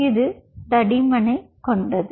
இது தடிமன் கொண்டது